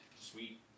Sweet